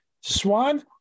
swan